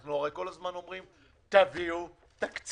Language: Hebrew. אנחנו הרי כל הזמן אומרים: תביאו תקציב.